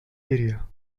area